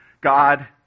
God